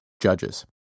Judges